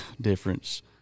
difference